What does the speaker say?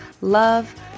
love